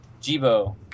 Jibo